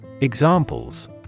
Examples